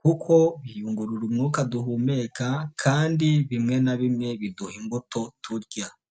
kuko biyungurura umwuka duhumeka kandi bimwe na bimwe biduha imbuto turya.